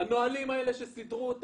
הנהלים האלה שסודרו,